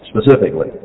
specifically